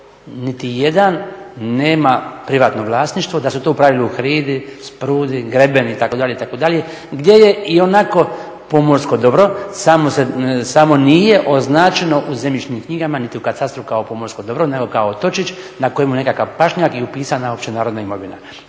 niti jedan nema privatno vlasništvo, da su to u pravilu hridi, sprudi, grebeni, itd., itd. gdje je ionako pomorsko dobro, samo nije označeno u zemljišnim knjigama niti u katastru kao pomorsko dobro nego kao otočić na kojemu je nekakav pašnjak i upisana je opće narodna imovina.